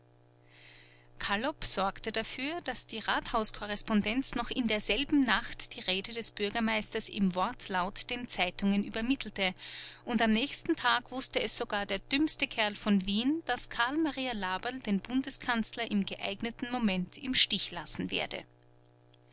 kallop sorgte dafür daß die rathauskorrespondenz noch in derselben nacht die rede des bürgermeisters im wortlaut den zeitungen übermittelte und am nächsten tag wußte es sogar der dümmste kerl von wien daß karl maria laberl den bundeskanzler im geeigneten moment im stich lassen werde